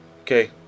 okay